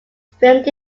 filmed